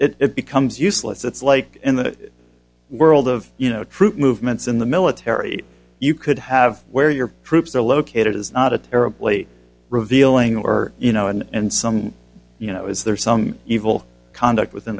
them it becomes useless it's like in the world of you know troop movements in the military you could have where your troops are located is not a terribly revealing or you know and some you know is there some evil conduct within